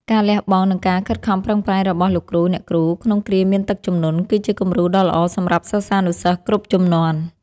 ការលះបង់ និងការខិតខំប្រឹងប្រែងរបស់លោកគ្រូអ្នកគ្រូក្នុងគ្រាមានទឹកជំនន់ គឺជាគំរូដ៏ល្អសម្រាប់សិស្សានុសិស្សគ្រប់ជំនាន់។